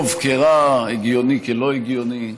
טוב כרע, הגיוני כלא הגיוני.